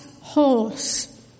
horse